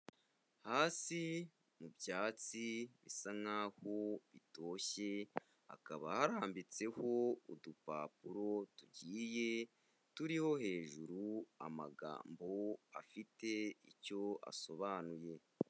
Hasi mu byatsi bisa nk'aho bitoshye, hakaba harambitseho udupapuro tugiye turiho hejuru amagambo afite icyo asobanuye.